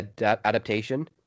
adaptation